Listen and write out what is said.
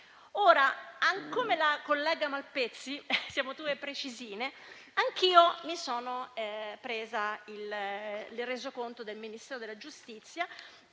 Ora, come la collega Malpezzi (siamo due precisine), anch'io ho preso il resoconto del Ministero della giustizia